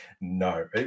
No